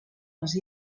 les